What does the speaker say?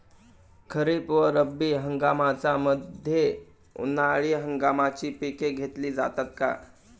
खरीप व रब्बी हंगामाच्या मध्ये उन्हाळी हंगामाची पिके घेतली जातात का?